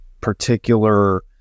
particular